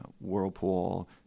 Whirlpool